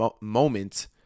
moment